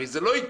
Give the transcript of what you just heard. הרי זה לא יקרה.